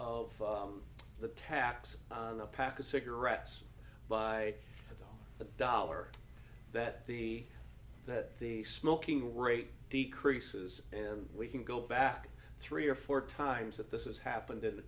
of the tax on the pack of cigarettes by the dollar that the that the smoking rate decreases and we can go back three or four times that this has happened